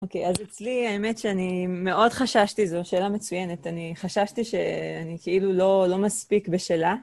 אוקיי, אז אצלי האמת שאני מאוד חששתי, זו שאלה מצוינת, אני חששתי שאני כאילו לא, לא מספיק בשלה.